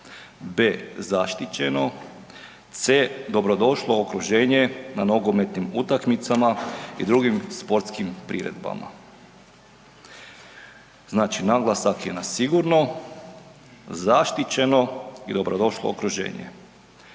b) zaštićeno, c) dobrodošlo okruženje na nogometnim utakmicama i drugim sportskim priredbama. Znači naglasak je na sigurno, zaštićeno i dobrodošlo okruženje.